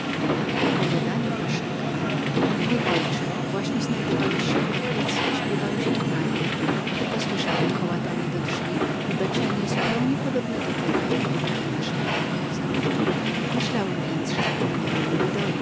zaczął mówić mój ojcze właśnie znajdowałeś się w kaplicy i śpiewałeś litanije gdy posłyszałem kołatanie do drzwi i beczenie zupełnie podobne do tego jakie wydaje nasza biała koza myślałem więc że zapomniałem ją wydoić i